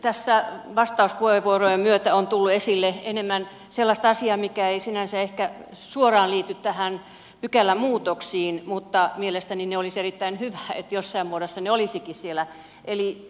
tässä vastauspuheenvuorojen myötä on tullut esille enemmän sellaista asiaa mikä ei sinänsä ehkä suoraan liity näihin pykälämuutoksiin mutta mielestäni olisi erittäin hyvä että jossain muodossa se olisikin siellä